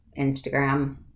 Instagram